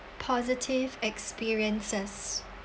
positive experiences